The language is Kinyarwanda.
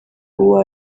uwo